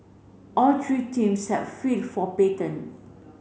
all three teams have for patent